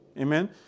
amen